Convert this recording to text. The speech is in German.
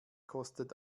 kostet